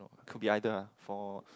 could be either lah for